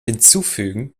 hinzufügen